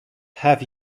have